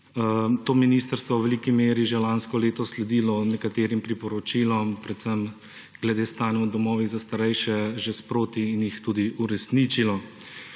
to ministrstvo v veliki meri že lansko leto sledilo nekaterim priporočilom, predvsem glede stanja v domovih za starejše, že sproti in jih tudi uresničilo.